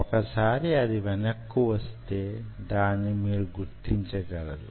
ఒక సారి అది వెనక్కు వస్తే దాన్ని మీరు గుర్తించగలరు